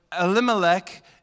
Elimelech